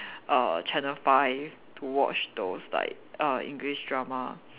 err channel five to watch those like uh English drama